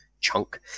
chunk